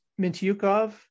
Mintyukov